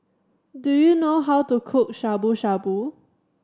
do you know how to cook Shabu Shabu